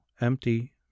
empty